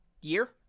year